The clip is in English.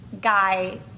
guy